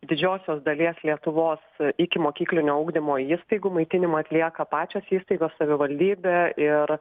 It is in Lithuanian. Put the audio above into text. didžiosios dalies lietuvos ikimokyklinio ugdymo įstaigų maitinimą atlieka pačios įstaigos savivaldybė ir